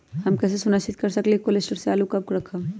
हम कैसे सुनिश्चित कर सकली ह कि कोल शटोर से आलू कब रखब?